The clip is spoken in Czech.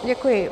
Děkuji.